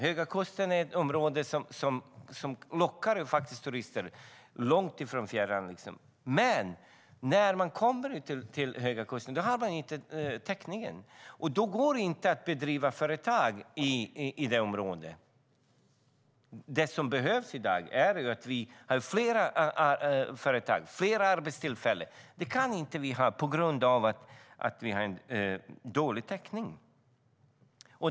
Höga kusten är ett område som lockar turister också från fjärran. Men på Höga kusten har man inte täckning, och då går det inte att driva ett företag i det området. Det som behövs i dag är fler företag och fler arbetstillfällen, men det kan vi inte få på grund av att vi har en dålig mobiltäckning.